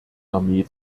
armee